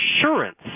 insurance